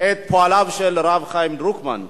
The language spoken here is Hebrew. את פועלו של הרב חיים דרוקמן,